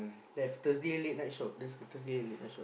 they've Thursday late night shop there's a Thursday late night shop